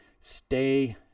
Stay